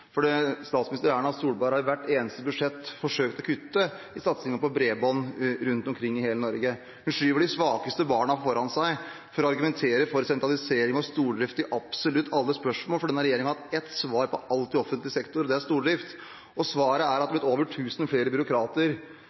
statsminister Solberg har i hvert eneste budsjett forsøkt å kutte satsingen på bredbånd rundt omkring i hele Norge. Hun skyver de svakeste barna foran seg for å argumentere for sentralisering og stordrift i absolutt alle spørsmål. Denne regjeringen har hatt ett svar på alt i offentlig sektor, og det er stordrift. Svaret er at det har blitt over 1 000 flere byråkrater